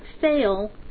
fail